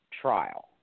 trial